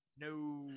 No